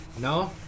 No